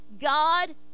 God